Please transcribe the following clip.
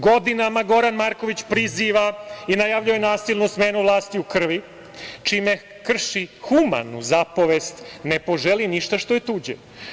Godinama Goran Marković priziva i najavljuje nasilnu smenu vlasti u krvi čime krši humanu zapovest – ne poželi ništa što je tuđe.